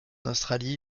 australie